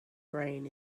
brain